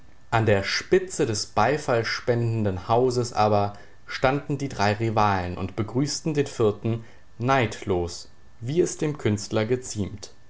an der spitze des beifall spendenden hauses aber standen die drei rivalen und begrüßten den vierten neidlos wie es dem künstler geziemt